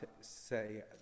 say